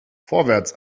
vorwärts